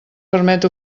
permet